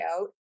out